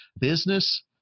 business